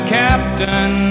captain